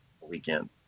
weekend